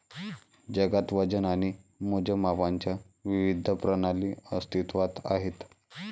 जगात वजन आणि मोजमापांच्या विविध प्रणाली अस्तित्त्वात आहेत